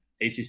ACC